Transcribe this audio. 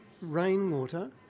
rainwater